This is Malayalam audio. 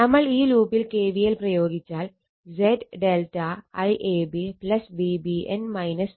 നമ്മൾ ഈ ലൂപ്പിൽ KVL പ്രയോഗിച്ചാൽ Z ∆ IAB Vbn Van 0